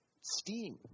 steam